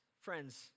Friends